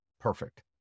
perfect